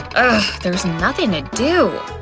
there's nothing to do!